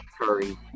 Curry